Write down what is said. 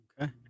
Okay